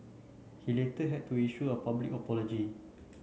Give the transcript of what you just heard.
he later had to issue a public apology